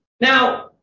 Now